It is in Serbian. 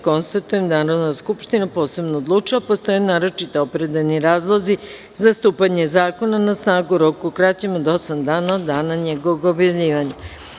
Konstatujem da je Narodna skupština posebno odlučila da postoje naročito opravdani razlozi za stupanje zakona na snagu u roku kraćem od osam dana od dana njegovog objavljivanja.